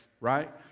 right